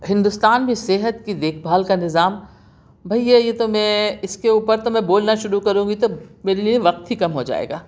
ہندوستان میں صحت کی دیکھ بھال کا نظام بھیا یہ تو میں اِس کے اوپر تو میں بولنا شروع کروں گی تو میرے لئے وقت ہی کم ہو جائے گا